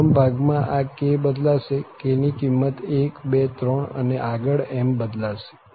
પ્રથમ ભાગ માં આ k બદલાશે k ની કિંમત 1 2 3 અને આગળ એમ બદલાશે